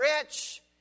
rich